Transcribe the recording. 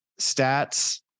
stats